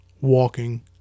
Walking